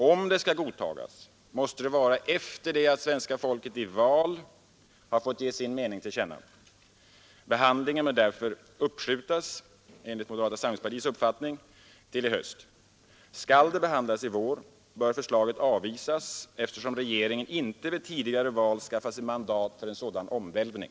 Om det skall godtagas måste detta ske efter det att svenska folket i val har fått ge sin mening till känna. Behandlingen bör därför uppskjutas, enligt moderata samlingspartiets uppfattning, till i höst. Skall det behandlas i vår bör förslaget avvisas, eftersom regeringen inte vid tidigare val skaffat sig mandat för en sådan omvälvning.